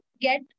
get